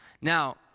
Now